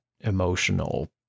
emotional